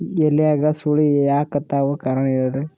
ಎಲ್ಯಾಗ ಸುಳಿ ಯಾಕಾತ್ತಾವ ಕಾರಣ ಹೇಳ್ರಿ?